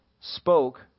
spoke